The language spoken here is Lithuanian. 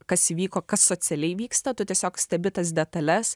kas įvyko kas socialiai vyksta tu tiesiog stebi tas detales